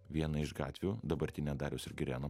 vieną iš gatvių dabartinę dariaus ir girėno